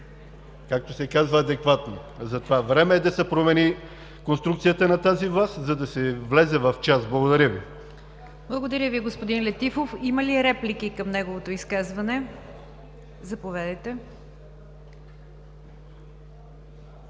както се казва, адекватно. Време е да се промени конструкцията на тази власт, за да се влезе в час. Благодаря Ви. ПРЕДСЕДАТЕЛ НИГЯР ДЖАФЕР: Благодаря Ви, господин Летифов. Има ли реплики, към неговото изказване? Заповядайте,